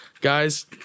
Guys